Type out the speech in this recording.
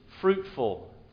Fruitful